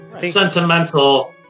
Sentimental